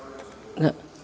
ne